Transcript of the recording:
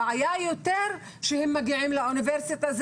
הבעיה יותר כשהם מגיעים לאוניברסיטה,